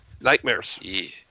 Nightmares